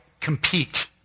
compete